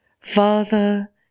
Father